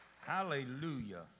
Hallelujah